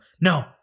No